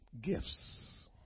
gifts